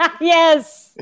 Yes